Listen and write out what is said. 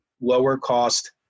lower-cost